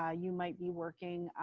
ah you might be working